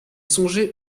songé